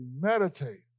meditate